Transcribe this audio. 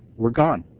we're gone.